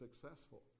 successful